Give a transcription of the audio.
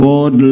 God